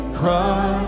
cry